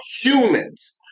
humans